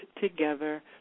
together